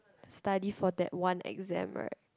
study for that one exam right